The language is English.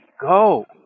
Go